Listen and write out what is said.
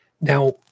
Now